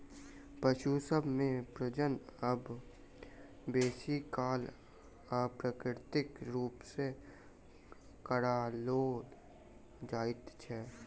पशु सभ मे प्रजनन आब बेसी काल अप्राकृतिक रूप सॅ कराओल जाइत छै